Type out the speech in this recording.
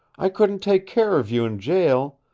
i couldn't take care of you in jail,